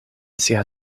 sia